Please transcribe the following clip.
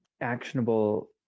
actionable